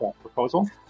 proposal